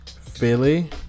philly